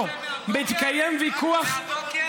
מהבוקר?